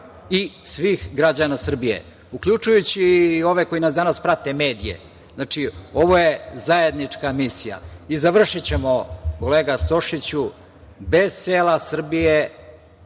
i svih građana Srbije, uključujući i ove, koji nas danas prate, medije. Ovo je zajednička misija i završićemo, kolega Stošiću, bez sela Srbije,